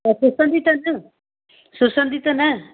त सुसंदी त न सुसंदी त न